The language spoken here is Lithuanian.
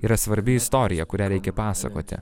yra svarbi istorija kurią reikia pasakoti